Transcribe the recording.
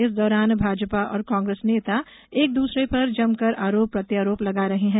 इस दौरान भाजपा और कांग्रेस नेता एक दूसरे पर जमकर आरोप प्रत्यारोप लगा रहे हैं